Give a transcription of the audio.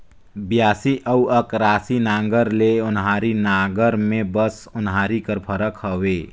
बियासी अउ अकरासी नांगर ले ओन्हारी नागर मे बस ओन्हारी कर फरक हवे